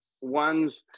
One's